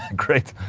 great